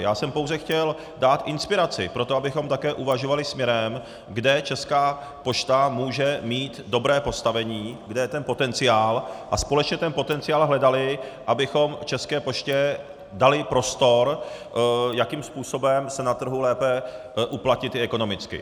Já jsem pouze chtěl dát inspiraci pro to, abychom také uvažovali směrem, kde Česká pošta může mít dobré postavení, kde je ten potenciál, a společně ten potenciál hledali, abychom České poště dali prostor, jakým způsobem se na trhu lépe uplatnit i ekonomicky.